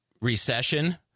recession